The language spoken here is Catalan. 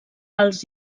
els